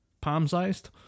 ...palm-sized